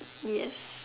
yes